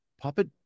puppet